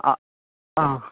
അ ആ